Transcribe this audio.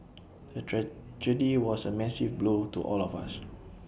the tragedy was A massive blow to all of us